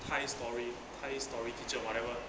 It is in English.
thai story thai story kitchen or whatever